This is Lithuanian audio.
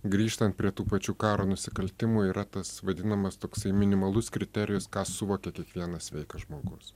grįžtant prie tų pačių karo nusikaltimų yra tas vadinamas toksai minimalus kriterijus ką suvokia kiekvienas sveikas žmogus